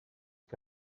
que